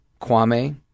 Kwame